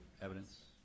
evidence